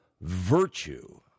virtue